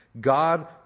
God